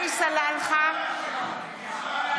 (קוראת בשמות חברי הכנסת) עלי סלאלחה,